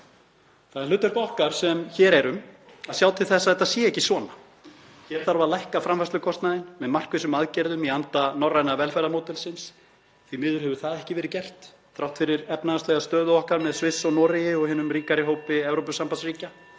Það er hlutverk okkar sem hér erum að sjá til þess að þetta sé ekki svona. Hér þarf að lækka framfærslukostnaðinn með markvissum aðgerðum í anda norræna velferðarmódelsins. (Forseti hringir.) Því miður hefur það ekki verið gert þrátt fyrir efnahagslega stöðu okkar með Sviss og Noregi (Forseti hringir.) og hinum ríkari hópi Evrópusambandsríkja.